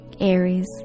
Aries